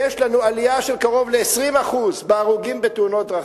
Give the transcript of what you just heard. עלייה של קרוב ל-20% בהרוגים בתאונות דרכים,